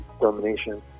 domination